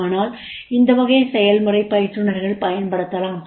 ஆனால் இந்த வகை செயல்முறை பயிற்றுனர்கள் பயன்படுத்தலாம்